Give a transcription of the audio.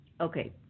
Okay